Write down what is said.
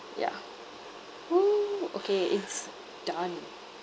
yeah !woo! okay it's done